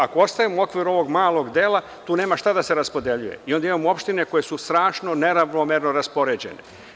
Ako ostajemo u okviru ovog malog dela, tu nema šta da se raspodeljuje i onda imamo opštine koje su strašno neravnomerno raspoređene.